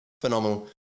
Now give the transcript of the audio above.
phenomenal